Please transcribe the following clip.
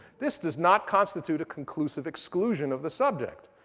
this does not constitute a conclusive exclusion of the subject,